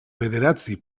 bederatzi